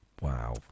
Wow